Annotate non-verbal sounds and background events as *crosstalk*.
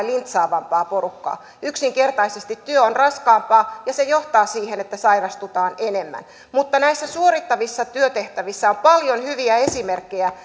*unintelligible* lintsaavampaa porukkaa yksinkertaisesti työ on raskaampaa ja se johtaa siihen että sairastutaan enemmän mutta näissä suorittavissa työtehtävissä on paljon hyviä esimerkkejä *unintelligible*